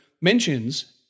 mentions